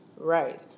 Right